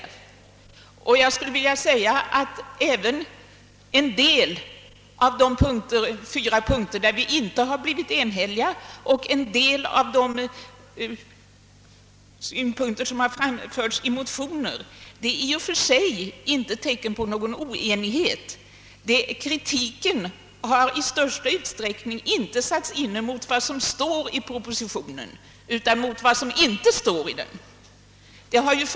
I och för sig utgör de fyra punkter, om vilka vi inte blivit ense, och en del av de synpunkter som framförts i motioner inte något tecken på oenighet; kritiken har i största utsträckning inte satts in mot vad som står i propositionen utan mot vad som inte står i den.